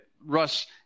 Russ